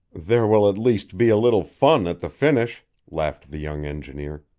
there will at least be a little fun at the finish, laughed the young engineer.